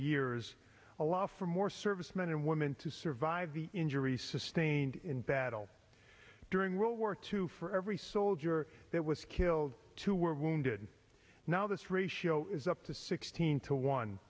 years allow for more servicemen and women to survive the injuries sustained in battle during world war two for every soldier that was killed two were wounded now this ratio is up to six hundred to one